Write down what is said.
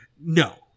No